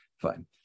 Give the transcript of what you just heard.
fine